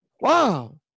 Wow